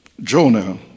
Jonah